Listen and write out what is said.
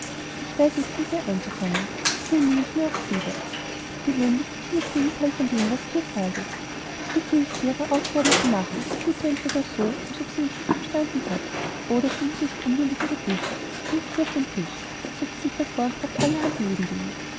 ich weiß nichts mit ihr anzufangen soviel mühe ich mir auch gebe gewöhnlich thut sie das gegenteil von dem was ich ihr sage bitte ich sie ihre aufgaben zu machen so thut sie entweder als ob sie mich nicht verstanden hat oder sie nimmt höchst unwillig ihre bücher wirft sie auf den tisch setzt sich davor und treibt allerhand nebendinge